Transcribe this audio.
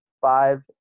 five